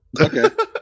Okay